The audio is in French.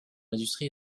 l’industrie